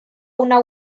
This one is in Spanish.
una